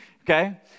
Okay